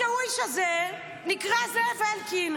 השאוויש הזה נקרא זאב אלקין.